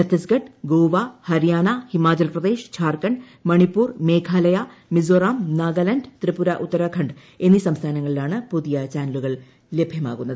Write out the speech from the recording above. ചത്തീസ്ഗഢ് ഗോവ ഹരിയാന ഹിമാചൽ പ്രദേശ് ഝാർഖണ്ഡ് മണിപ്പൂർ മേഘാലയ മിസോറാം നാഗാലാന്റ് ത്രിപുര ഉത്തരാഖണ്ഡ് എന്നീ സംസ്ഥാനങ്ങളിലാണ് പുതിയ ചാനലുകൾ ലഭ്യമാകുന്നത്